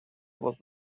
was